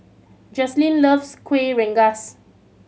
Jazlyn loves Kueh Rengas